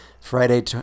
Friday